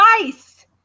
advice